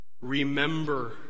Remember